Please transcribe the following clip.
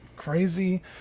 crazy